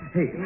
Hey